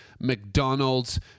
McDonald's